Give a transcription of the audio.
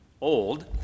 old